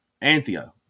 Anthea